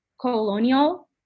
colonial